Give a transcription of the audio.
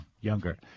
younger